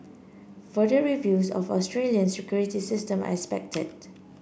further reviews of Australia's security system are expected